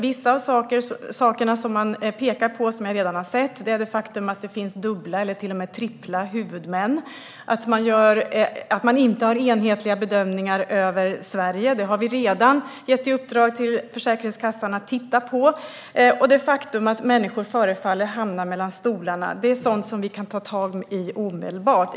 Vissa av de saker som jag redan har sett att man pekar på är det faktum att det finns dubbla eller till och med tredubbla huvudmän, att man inte har enhetliga bedömningar över Sverige - det har vi redan gett i uppdrag till Försäkringskassan att titta på - och att människor förefaller hamna mellan stolarna. Det är sådant som vi kan ta tag i omedelbart.